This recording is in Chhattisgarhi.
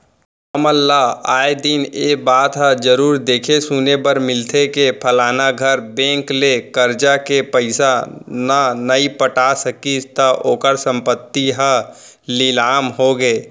हमन ल आय दिन ए बात ह जरुर देखे सुने बर मिलथे के फलाना घर बेंक ले करजा ले पइसा न नइ पटा सकिस त ओखर संपत्ति ह लिलाम होगे